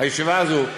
יושב-ראש הישיבה הזאת,